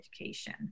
education